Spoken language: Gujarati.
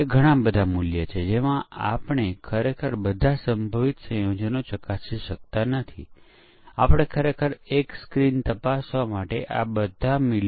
તેથી 23 ને બદલે તેમણે લખ્યું a b c અને સોફ્ટવેર ક્રેશ થશે જેથી તેને આપણે નકારાત્મક પરીક્ષણના કેસો કહીશું